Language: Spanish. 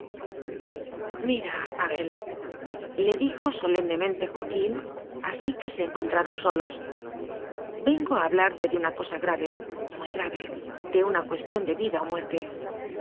il xxxvii mira abelle dijo solemnemente joa quín así que se encontraron solos vengo a hablarte de una cosa grave muy grave de una cuestión de vida o muerte